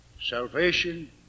salvation